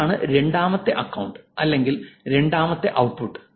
അതാണ് രണ്ടാമത്തെ അക്കൌണ്ട് അല്ലെങ്കിൽ രണ്ടാമത്തെ ഔട്ട്പുട്ട്